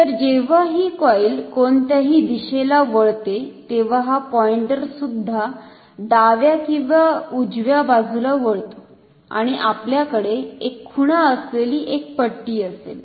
तर जेव्हा ही कॉईल कोणत्याही दिशेला वळते तेव्हा हा पॉईंटर सुद्धा डाव्या किंवा उजव्या बाजूला वळतो आणि आपल्याकडे एक खुणा असलेली एक पट्टी असेल